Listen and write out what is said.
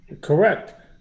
Correct